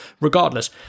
Regardless